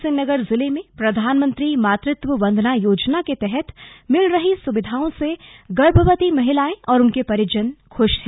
उधमसिंह नगर जिले में प्रधानमंत्री मातृत्व वंदना योजना के तहत मिल रही सुविधाओं से गर्भवती महिलाएं और उनके परिजन खूश हैं